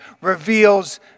reveals